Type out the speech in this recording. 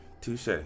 touche